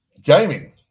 Gaming